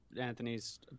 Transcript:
anthony's